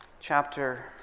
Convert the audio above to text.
chapter